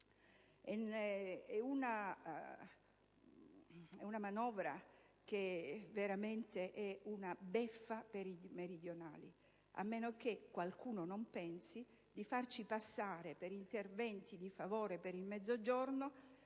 È una manovra che rappresenta una vera e propria beffa per i meridionali, a meno che qualcuno non pensi di far passare per interventi di favore per il Mezzogiorno